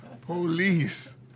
Police